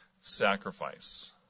Sacrifice